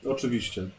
Oczywiście